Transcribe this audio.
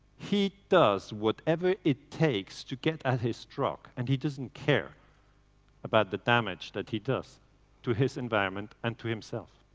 he does whatever it takes to get at his drug. and he doesn't care about the damage he he does to his environment and to himself.